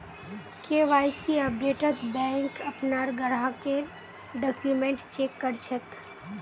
KYC अपडेटत bank अपनार ग्राहकेर डॉक्यूमेंट चेक कर छेक